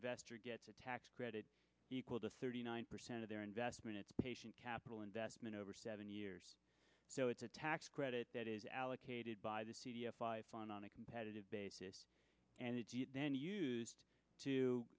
investor gets a tax credit equal to thirty nine percent of their investment it's patient capital investment over seven years so it's a tax credit that is allocated by the phone on a competitive basis and it's then used to